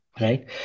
Right